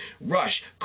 Rush